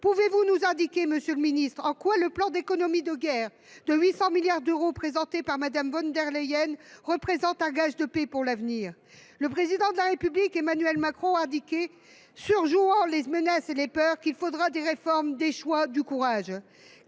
Pouvez vous nous indiquer, monsieur le ministre, en quoi le plan d’économie de guerre de 800 milliards d’euros présenté par Mme von der Leyen représente un gage de paix pour l’avenir ? Le Président de la République indiquait, surjouant les menaces et les peurs :« Il faudra des réformes, des choix, du courage.